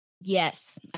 Yes